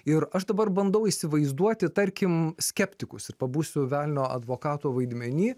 ir aš dabar bandau įsivaizduoti tarkim skeptikus ir pabūsiu velnio advokato vaidmeny